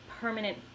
permanent